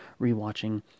rewatching